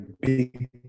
big